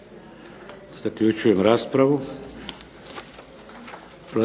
Zaključujem raspravu.